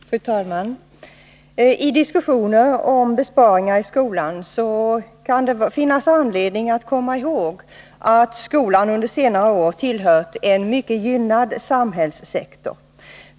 Fru talman! I diskussioner om besparingar i skolan kan det finnas anledning att komma ihåg att skolan under senare år tillhört en mycket gynnad samhällssektor.